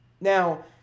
Now